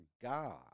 God